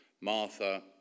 Martha